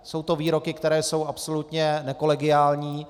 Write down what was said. Jsou to výroky, které jsou absolutně nekolegiální.